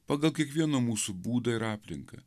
pagal kiekvieno mūsų būdą ir aplinką